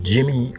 Jimmy